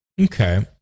okay